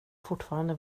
fortfarande